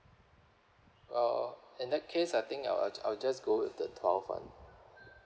oh in that case I think I'll I'll just go with the twelve one